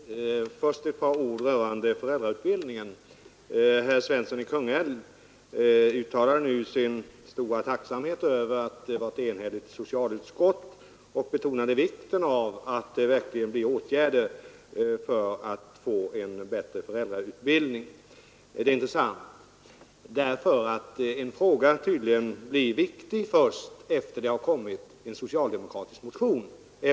Herr talman! Först ett par ord rörande föräldrautbildningen. Herr Svensson i Kungälv uttalar nu sin stora tacksamhet över att socialutskottet varit enhälligt på den punkten och betonar vikten av att det verkligen vidtas åtgärder för att få till stånd en bättre föräldrautbildning. Det är intressant därför att en fråga tydligen blir viktig först efter det att det har kommit en socialdemokratisk motion.